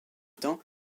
temps